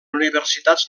universitats